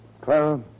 Clara